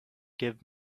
give